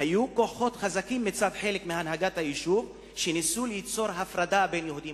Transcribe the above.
היו כוחות חזקים מצד חלק מהנהגת היישוב שניסו ליצור הפרדה בין יהודים